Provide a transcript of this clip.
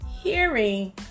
hearing